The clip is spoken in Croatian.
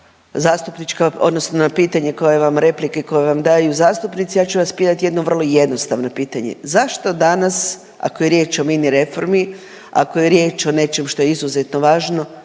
zastupnička odnosno na pitanje koje vam replike koje vam daju zastupnici ja ću vas pitati jedno vrlo jednostavno pitanje. Zašto danas ako je riječ o mini reformi, ako je riječ o nečem što je izuzetno važno